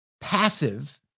passive